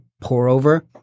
pour-over